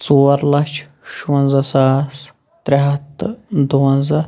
ژوٗر لَچھ شُوَنزہ ساس ترٚےٚ ہَتھ تہِ دُونزہ